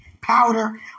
Powder